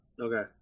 Okay